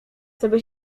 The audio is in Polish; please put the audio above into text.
coby